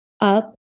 up